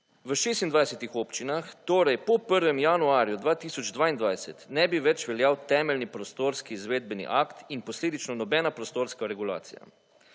V 26 občinah torej po 1. januarju 2022 ne bi več veljal temeljni prostorski izvedbeni akt in posledično nobena prostorska regulacija.